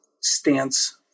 stance